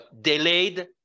delayed